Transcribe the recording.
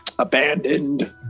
abandoned